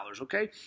okay